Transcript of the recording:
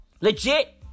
Legit